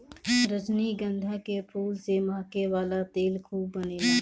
रजनीगंधा के फूल से महके वाला तेल खूब बनेला